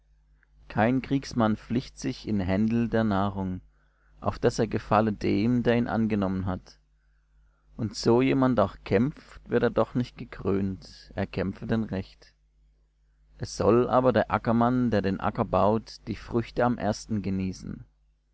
kein kriegsmann flicht sich in händel der nahrung auf daß er gefalle dem der ihn angenommen hat und so jemand auch kämpft wird er doch nicht gekrönt er kämpfe denn recht es soll aber der ackermann der den acker baut die früchte am ersten genießen